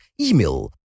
email